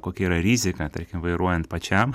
kokia yra rizika tarkim vairuojant pačiam